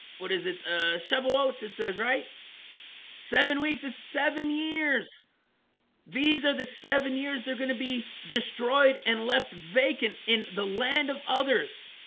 what is it, ah shovel oats it says, right seven weeks it's seven years these are the seven years they're going to be destroyed and left vacant in the land of others